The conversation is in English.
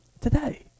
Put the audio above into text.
Today